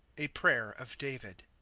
a prayer of david.